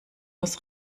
muss